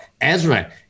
Ezra